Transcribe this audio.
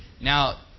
now